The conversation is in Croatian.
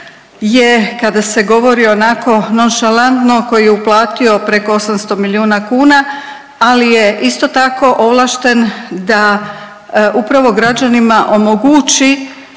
je kada se govori onako nonšalantno, koji je uplatio preko 800 milijuna kuna, ali je isto tako, ovlašten da upravo građanima omogući